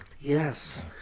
Yes